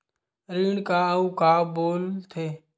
ऋण का अउ का बोल थे?